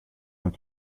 uns